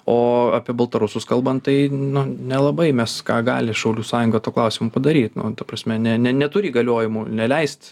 o apie baltarusus kalbant tai nu nelabai mes ką gali šaulių sąjunga tuo klausimu padaryt nu ta prasme ne ne neturi įgaliojimų neleist